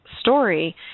story